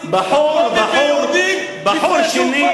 שכולנו סובלים ממנה,